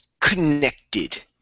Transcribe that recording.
connected